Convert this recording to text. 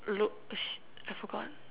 loo~ shit I forgot